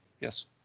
yes